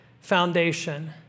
foundation